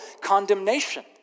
condemnation